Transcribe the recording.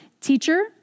Teacher